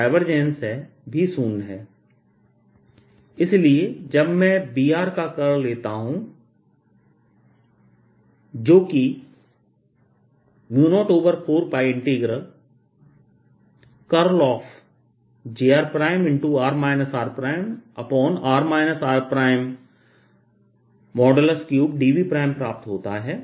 34πδr r Ajr0 इसलिए जब मैं Br का कर्ल लेता हूं जो कि 04πjrr rr r3dVप्राप्त होता है